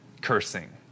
cursing